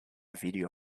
video